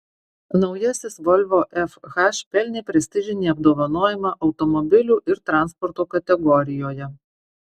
naujasis volvo fh pelnė prestižinį apdovanojimą automobilių ir transporto kategorijoje